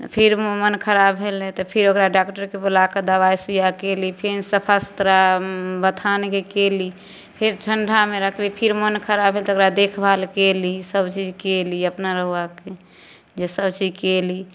फेर मोन खराब भेल ने तऽ फेर ओकरा डॉक्टरके बुलाके दबाइ सुइयाँ केली सफा सुथरा बथानके केली फेर ठंडामे रखली फिर मन खराब भेल तऽ ओकरा देखभाल केली सब चीज केली अपना रउआके जे सब चीज केली